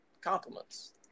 compliments